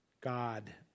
God